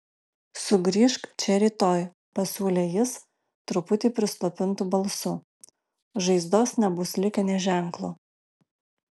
sugrįžk čia rytoj pasiūlė jis truputį prislopintu balsu žaizdos nebus likę nė ženklo